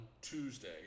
Tuesday